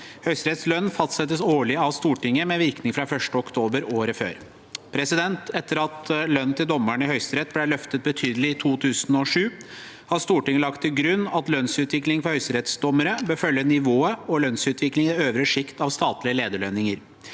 Høyesteretts lønn fastsettes årlig av Stortinget med virkning fra 1. oktober året før. Etter at lønnen til dommerne i Høyesterett ble løftet betydelig i 2007, har Stortinget lagt til grunn at lønnsutviklingen for høyesterettsdommere bør følge nivået og lønnsutviklingen i det øvre sjikt av statlige lederlønninger.